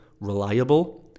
reliable